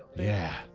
yeah,